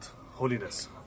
Holiness